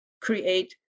create